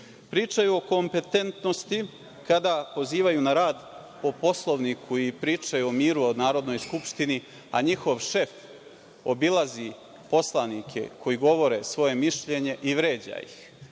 čuli. Pričaju o kompetentnosti kada pozivaju na rad po Poslovniku i pričaju o miru u Narodnoj skupštini, a njihov šef obilazi poslanike koji govore svoje mišljenje i vređa ih.